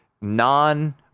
non